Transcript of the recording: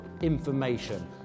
information